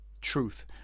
truth